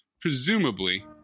presumably